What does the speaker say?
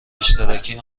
اشتراکی